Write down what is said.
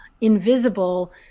invisible